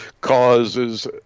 causes